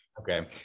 Okay